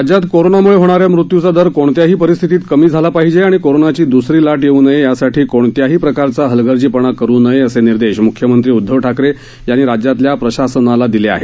राज्यात कोरोनामुळे होणाऱ्या मृत्यूचा दर कोणत्याही परिस्थितीत कमी झाला पाहिजे आणि कोरोनाची दुसरी लाट येऊ नये यासाठी कोणत्याही प्रकारचा हलगर्जीपणा करू नये असे निर्देश म्ख्यमंत्री उद्धव ठाकरे यांनी राज्यातल्या प्रशासनाला दिले आहेत